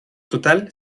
total